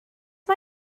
mae